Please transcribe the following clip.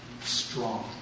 strong